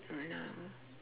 right now